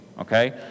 okay